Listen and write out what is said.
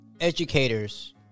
educators